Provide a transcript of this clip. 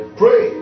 pray